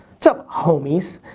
sup homies?